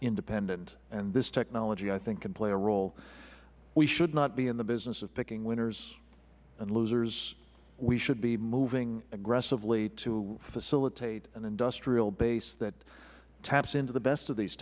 independent and this technology i think can play a role we should not be in the business of picking winners and losers we should be moving aggressively to facilitate an industrial base that taps into the best of these